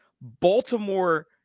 Baltimore